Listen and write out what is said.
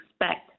expect